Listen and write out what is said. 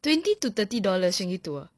twenty to thirty dollars macam gitu ah